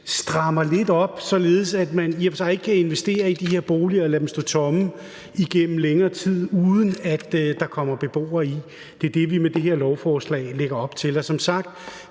strammer lidt op, således at man i og for sig ikke investerer i de her boliger og lader dem stå tomme igennem længere tid, uden at der kommer beboere i dem. Det er det, vi med det her lovforslag lægger op til.